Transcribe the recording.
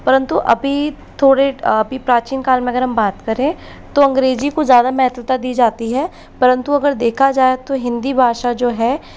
परंतु अभी थोड़े प्राचीन काल में अगर हम बात करें तो अंग्रेजी को ज़्यादा महत्वता दी जाती है परंतु अगर देखा जाए तो हिंदी भाषा जो है